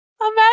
Imagine